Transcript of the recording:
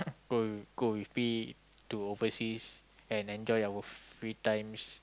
go go with me to overseas and enjoy our free times